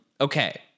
okay